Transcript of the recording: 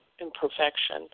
imperfection